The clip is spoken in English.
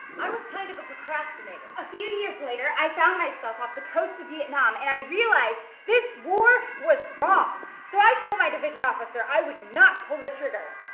i was kind of a procrastinator. a few year later, i found myself off the coast of vietnam, and i realized this war was wrong. so, i told my division officer, i would not pull the trigger,